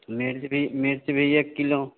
मिर्च भी मिर्च भी एक किलो